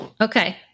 Okay